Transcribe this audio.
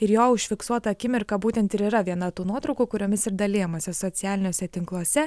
ir jo užfiksuota akimirka būtent ir yra viena tų nuotraukų kuriomis ir dalijamasi socialiniuose tinkluose